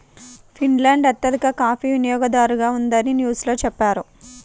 Finland అత్యధిక coffee వినియోగదారుగా ఉందని న్యూస్ లో చెప్పారు